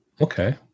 Okay